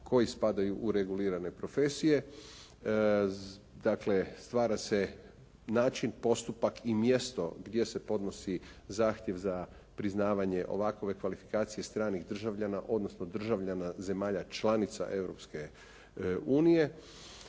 koji spadaju u regulirane profesije. Dakle, stvara se način, postupak i mjesto gdje se podnosi zahtjev za priznavanje ovakove kvalifikacije stranih državljana, odnosno državljana zemalja članica